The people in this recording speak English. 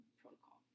protocol